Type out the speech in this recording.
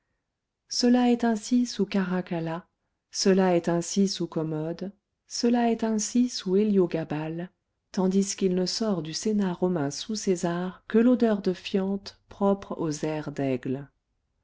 cela est ainsi sous caracalla cela est ainsi sous commode cela est ainsi sous héliogabale tandis qu'il ne sort du sénat romain sous césar que l'odeur de fiente propre aux aires d'aigle